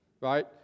Right